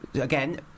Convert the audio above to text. again